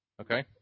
Okay